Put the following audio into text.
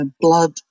blood